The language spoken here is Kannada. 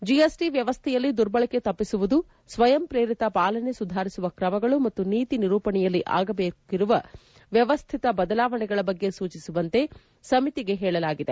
ಜಿಎಸ್ಟಿ ವ್ಯವಸ್ಥೆಯಲ್ಲಿ ದುರ್ಬಳಕೆ ತಪ್ಪಿಸುವುದು ಸ್ವಯಂ ಪ್ರೇರಿತ ಪಾಲನೆ ಸುಧಾರಿಸುವ ಕ್ರಮಗಳು ಮತ್ತು ನೀತಿ ನಿರೂಪಣೆಯಲ್ಲಿ ಆಗಬೇಕಿರುವ ವ್ಯವಸ್ಥಿತ ಬದಲಾವಣೆಗಳ ಬಗ್ಗೆ ಸೂಚಿಸುವಂತೆ ಸಮಿತಿಗೆ ಪೇಳಲಾಗಿದೆ